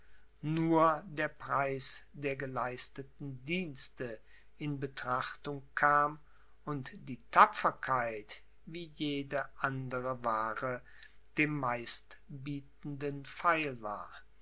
nur der preis der geleisteten dienste in betrachtung kam und die tapferkeit wie jede andere waare dem meistbietenden feil war